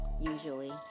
usually